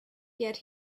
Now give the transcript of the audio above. get